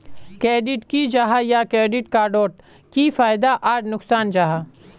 Credit की जाहा या क्रेडिट कार्ड डोट की फायदा आर नुकसान जाहा?